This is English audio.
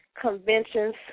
conventions